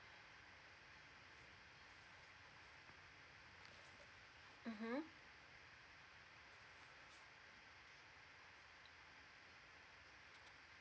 mmhmm